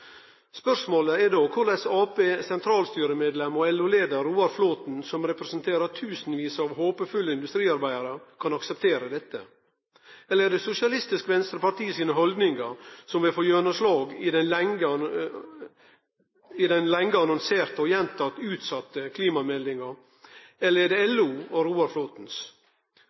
Spørsmålet er då korleis Arbeidarpartiets sentralstyremedlem og LO-leiar Roar Flåthen, som representerer tusenvis av håpefulle industriarbeidarar, kan akseptere dette. Er det Sosialistisk Venstrepartis haldningar som vil få gjennomslag i den lenge annonserte og utsette klimameldinga, eller er det LO og